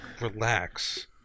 relax